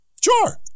Sure